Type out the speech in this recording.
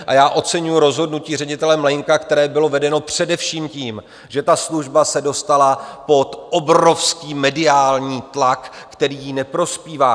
A já oceňuji rozhodnutí ředitele Mlejnka, které bylo vedeno především tím, že ta služba se dostala pod obrovský mediální tlak, který jí neprospívá.